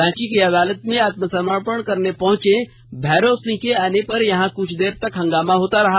रांची की अदालत में आत्मसमर्पण करने पहुंचे भैरव सिंह के आने पर यहां क्छ देर तक हंगामा होता रहा